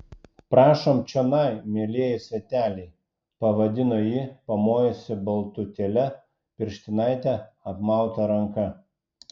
prašom čionai mielieji sveteliai pavadino ji pamojusi baltutėle pirštinaite apmauta ranka